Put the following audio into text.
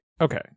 okay